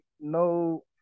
no